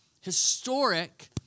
historic